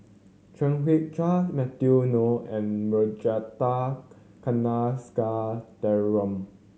Chan Heng Chee Matthew Ngui and Ragunathar Kanagasuntheram